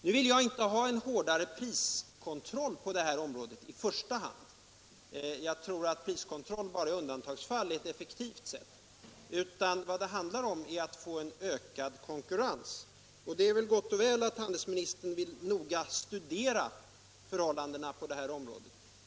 Jag vill inte i första hand ha en hårdare priskontroll på det här området —- jag tror att priskontroll bara i undantagsfall är effektiv — utan vad det handlar om är att få ökad konkurrens. Det är gott och väl att handelsministern vill noga studera förhållandena.